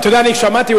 אתה יודע, אני שמעתי.